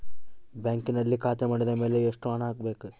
ಬ್ಯಾಂಕಿನಲ್ಲಿ ಖಾತೆ ಮಾಡಿದ ಮೇಲೆ ಎಷ್ಟು ಹಣ ಹಾಕಬೇಕು?